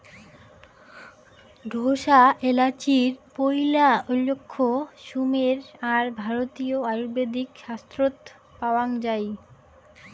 ঢোসা এ্যালাচির পৈলা উল্লেখ সুমের আর ভারতীয় আয়ুর্বেদিক শাস্ত্রত পাওয়াং যাই